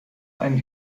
einen